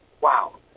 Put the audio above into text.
wow